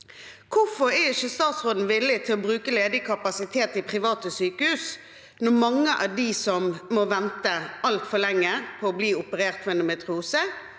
Hvorfor er ikke statsråden villig til å bruke ledig kapasitet i private sykehus, når mange av de som må vente altfor lenge på å bli operert for endometriose,